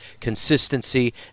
consistency